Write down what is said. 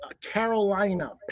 Carolina